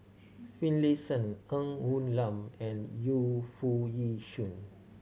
Finlayson Ng Woon Lam and Yu Foo Yee Shoon